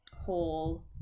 whole